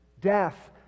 death